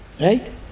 Right